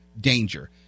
danger